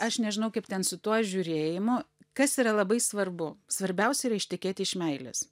aš nežinau kaip ten su tuo žiūrėjimu kas yra labai svarbu svarbiausia yra ištekėti iš meilės